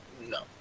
no